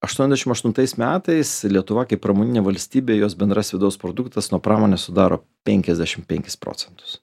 aštuoniasdešimt aštuntais metais lietuva kaip pramoninė valstybė jos bendras vidaus produktas nuo pramonės sudaro penkiasdešimt penkis procentus